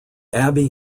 abbey